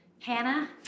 Hannah